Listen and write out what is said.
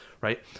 Right